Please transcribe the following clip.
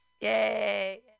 Yay